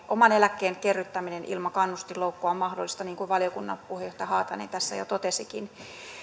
oman eläkkeen kerryttäminen ilman kannustinloukkua on mahdollista niin kuin valiokunnan puheenjohtaja haatainen tässä jo totesikin